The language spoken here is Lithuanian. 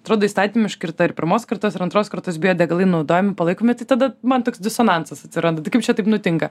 atrodo įstatymiškai ir ta ir pirmos kartos ir antros kartos biodegalai naudojami palaikomi tai tada man toks disonansas atsiranda tai kaip čia taip nutinka